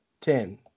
Ten